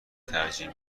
ترجیح